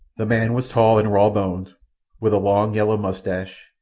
the man was tall and raw-boned, with a long yellow moustache,